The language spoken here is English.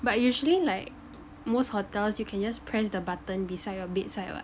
but usually like most hotels you can just press the button beside your bedside [what]